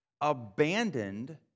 abandoned